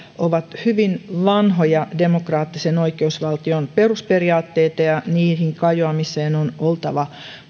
ovat hyvin vanhoja demokraattisen oikeusvaltion perusperiaatteita ja niihin kajoamiseen on oltava